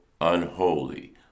unholy